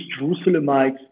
Jerusalemites